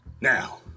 Now